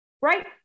Right